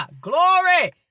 Glory